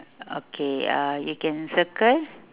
okay uh you can circle